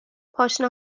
پاشنه